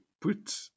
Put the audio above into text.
put